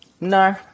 no